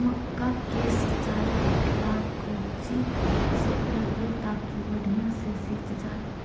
मक्का के सिंचाई ला कोची से करिए ताकी बढ़िया से सींच जाय?